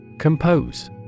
Compose